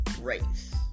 race